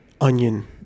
onion